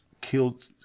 killed